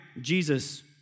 Jesus